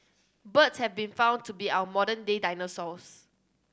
birds have been found to be our modern day dinosaurs